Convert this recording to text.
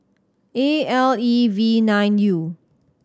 A L E V nine U